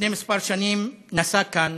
לפני כמה שנים נשא כאן,